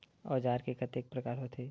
औजार के कतेक प्रकार होथे?